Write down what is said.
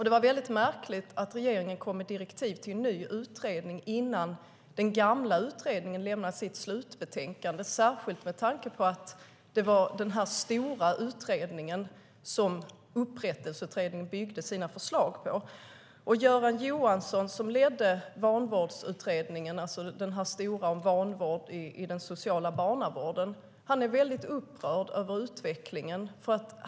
Det var märkligt att regeringen kom med direktiv till en ny utredning innan den gamla utredningen lämnade sitt slutbetänkande, särskilt med tanke på att det var den här stora utredningen som Upprättelseutredningen byggde sina förslag på. Göran Johansson, som ledde Vanvårdsutredningen, alltså den stora utredningen Vanvård i social barnavård , är väldigt upprörd över utvecklingen.